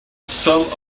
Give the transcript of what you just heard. some